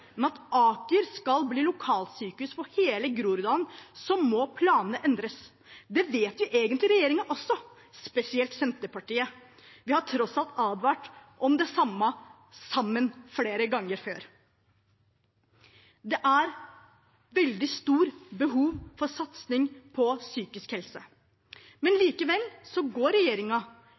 at Aker skal bli lokalsykehus for hele Groruddalen, må planene endres. Det vet vel egentlig regjeringen også, spesielt Senterpartiet – vi har tross alt advart om det samme sammen flere ganger før. Det er et veldig stort behov for satsing på psykisk helse, men likevel går